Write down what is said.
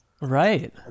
right